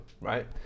right